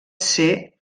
ser